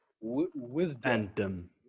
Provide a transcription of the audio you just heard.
wisdom